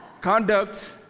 Conduct